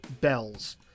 Bells